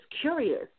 curious